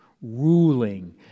ruling